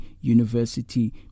university